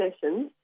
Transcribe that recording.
sessions